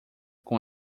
com